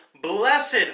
blessed